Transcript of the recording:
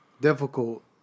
difficult